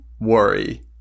Worry